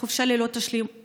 חופשה ללא תשלום.